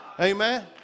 Amen